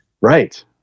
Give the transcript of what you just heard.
Right